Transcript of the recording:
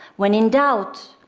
when in doubt,